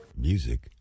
Music